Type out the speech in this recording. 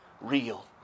real